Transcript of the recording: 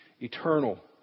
eternal